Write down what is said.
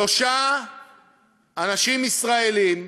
שלושה אנשים ישראלים,